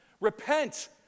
repent